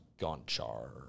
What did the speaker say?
Gonchar